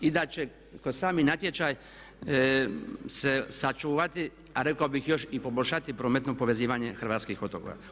I da će kroz sami natječaj se sačuvati a rekao bih još i poboljšati prometno povezivanje hrvatskih otoka.